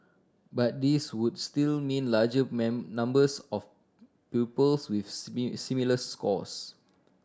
but these would still mean larger numbers of pupils with similar scores